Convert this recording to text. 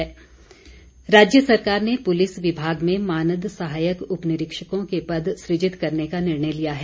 मुख्यमंत्री पुलिस राज्य सरकार ने पुलिस विभाग में मानद सहायक उपनिरक्षकों के पद सृजित करने का निर्णय लिया है